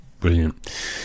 Brilliant